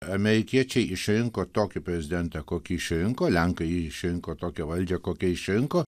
amerikiečiai išrinko tokį prezidentą kokį išrinko lenkai išrinko tokią valdžią kokią išrinko